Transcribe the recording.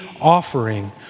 offering